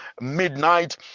midnight